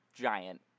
giant